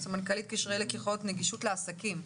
סמנכ"לית קשרי לקוחות נגישות לעסקים.